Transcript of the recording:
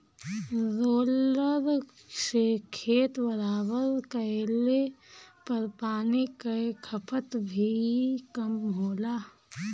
roller से खेत बराबर कइले पर पानी कअ खपत भी कम होला